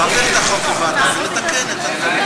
תעביר את החוק לוועדה ובוא נתקן את הדברים.